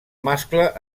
mascle